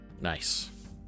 Nice